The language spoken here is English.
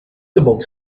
visible